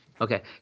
Okay